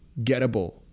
gettable